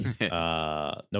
No